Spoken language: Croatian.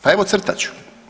Pa evo crtat ću.